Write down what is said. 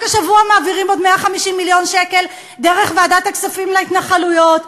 רק השבוע מעבירים עוד 150 מיליון שקל דרך ועדת הכספים להתנחלויות,